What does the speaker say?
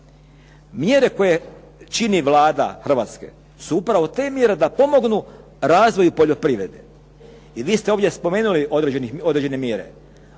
Mjere koje čini Vlada Hrvatske su upravo te mjere da pomognu razvoja poljoprivrede. Vi ste ovdje spomenuli određene mjere.